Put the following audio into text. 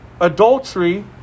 adultery